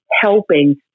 helping